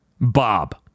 Bob